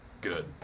good